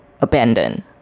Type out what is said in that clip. abandon